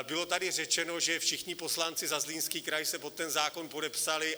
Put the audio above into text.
Bylo tady řečeno, že všichni poslanci za Zlínský kraj se pod ten zákon podepsali.